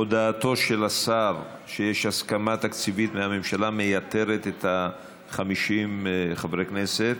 הודעתו של השר שיש הסכמה תקציבית מהממשלה מייתרת את 50 חברי הכנסת,